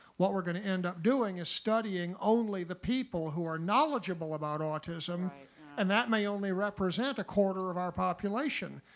what we are going to end up doing is studying only the pup people who are knowledgeable about autism and that may only represent a quarter of our population.